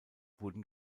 wurden